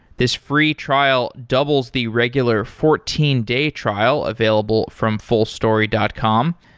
this free trial doubles the regular fourteen day trial available from fullstory dot com.